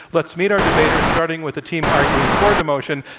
let's meet our debaters, starting with the team arguing for the motion.